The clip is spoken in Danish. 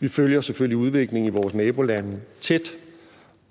Vi følger selvfølgelig udviklingen i vores nabolande tæt,